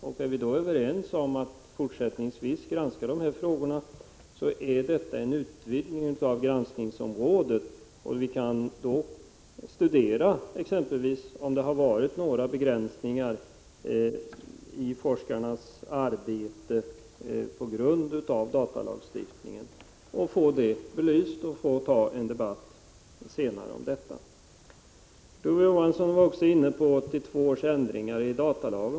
Om vi är överens om att fortsättningsvis granska dessa frågor är detta en utvidgning av granskningsområdet. Vi kan då exempelvis studera om det har varit några begränsningar i forskarnas arbete på grund av datalagstiftningen och få det belyst och ha en debatt senare om detta. Kurt Ove Johansson talade också om 1982 års ändringar i datalagen.